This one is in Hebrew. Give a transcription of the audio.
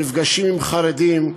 נפגשים עם חרדים,